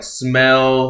smell